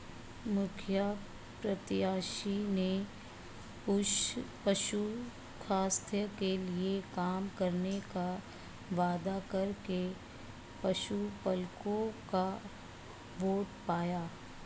मुखिया प्रत्याशी ने पशु स्वास्थ्य के लिए काम करने का वादा करके पशुपलकों का वोट पाया